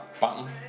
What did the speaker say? Button